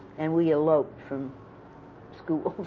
and we eloped from school,